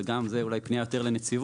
וגם זה אולי פנייה יותר לנציבות,